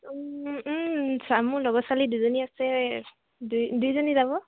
মোৰ লগৰ ছোৱালী দুজনী আছে দুইজনী যাব